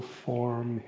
form